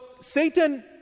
Satan